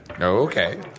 Okay